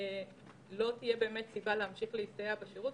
לא תהיה סיבה להמשיך להסתייע בשירות.